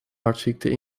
hartziekten